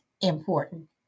important